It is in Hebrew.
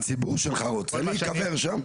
הציבור שלך רוצה להיקבר שם?